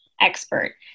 expert